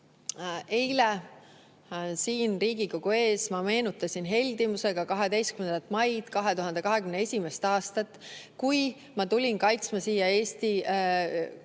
Eile siin Riigikogu ees ma meenutasin heldimusega 12. maid 2021. aastal, kui ma tulin siia kaitsma strateegiat "Eesti